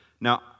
Now